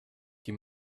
die